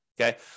Okay